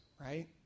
right